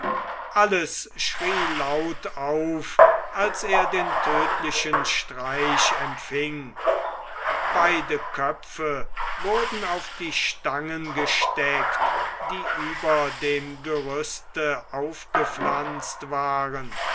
alles schrie laut auf als er den tödtlichen streich empfing beide köpfe wurden auf die stangen gesteckt die über dem gerüste aufgepflanzt waren